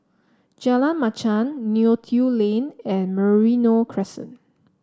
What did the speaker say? Jalan Machang Neo Tiew Lane and Merino Crescent